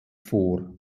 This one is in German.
vor